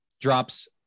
Drops